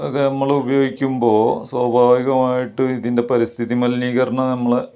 ഒക്കെ നമ്മൾ ഉപയോഗിക്കുമ്പോൾ സ്വാഭാവികമായിട്ട് ഇതിൻ്റെ പരിസ്ഥിതി മലിനീകരണം നമ്മളെ